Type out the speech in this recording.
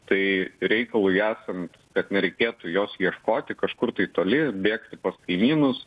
tai reikalui esant kad nereikėtų jos ieškoti kažkur tai toli bėgti pas kaimynus